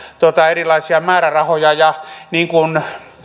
erilaisia määrärahoja niin kuin